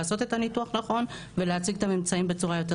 לעשות את הניתוח נכון ולהציג את הממצאים בצורה יותר סדורה.